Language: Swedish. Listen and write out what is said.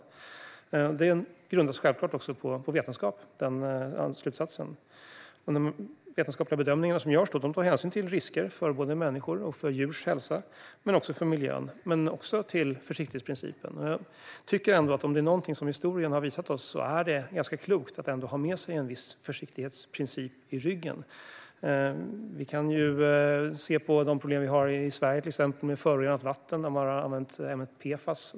Den slutsats vi drar grundas självklart också på vetenskap. Och de vetenskapliga bedömningar som görs tar hänsyn till risker för såväl människors och djurs hälsa och också för miljön. De tar också hänsyn till försiktighetsprincipen. Om det är något historien har visat oss är det att det är ganska klokt att ha med sig en viss försiktighetsprincip i ryggen. I Sverige har vi till exempel problem med förorenat vatten eftersom man har använt ämnet PFAS.